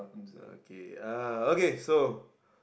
uh okay uh okay so